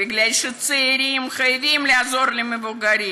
מפני שהצעירים חייבים לעזור למבוגרים.